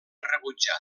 rebutjada